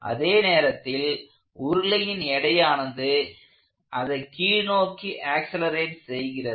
அதேநேரத்தில் உருளையின் எடையானது அதை கீழ் நோக்கி ஆக்சலேரேட் செய்கிறது